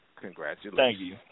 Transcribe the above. Congratulations